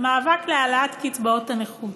מאבק להעלאת קצבאות הנכות,